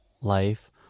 life